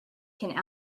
can